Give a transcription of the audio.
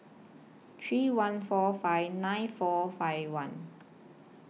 three one four five nine four five one